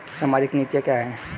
सामाजिक नीतियाँ क्या हैं?